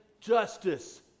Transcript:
justice